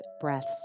breaths